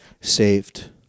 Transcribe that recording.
saved